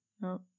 No